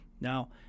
Now